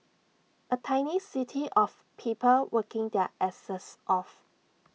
A tiny city of people working their asses off